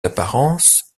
apparences